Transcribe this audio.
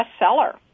bestseller